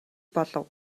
болов